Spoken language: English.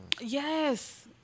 Yes